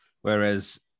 whereas